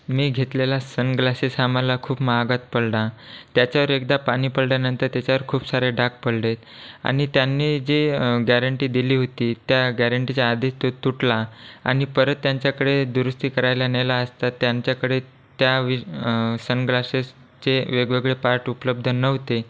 मी घेतलेला सनग्लासेस हा मला खूप महागात पडला त्याच्यावर एकदा पाणी पडल्यानंतर त्याच्यावर खूप सारे डाग पडले आणि त्यांनी जे गॅरंटी दिली होती त्या गॅरंटीच्या आधीच तो तुटला आणि परत त्यांच्याकडे दुरुस्ती करायला नेला असता त्यांच्याकडे त्या सनग्लासेसचे वेगवेगळे पार्ट उपलब्ध नव्हते